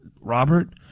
Robert